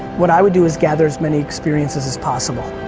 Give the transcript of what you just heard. what i would do is gather as many experiences as possible.